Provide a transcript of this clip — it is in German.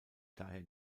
daher